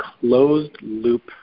closed-loop